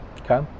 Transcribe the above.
okay